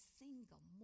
single